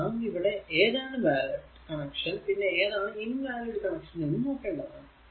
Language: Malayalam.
നാം ഇവിടെ ഏതാണ് വാലിഡ് കണക്ഷൻ പിന്നെ ഏതാണ് ഇൻ വാലിഡ് എന്ന് നോക്കേണ്ടതാണ്